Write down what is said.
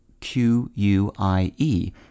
Q-U-I-E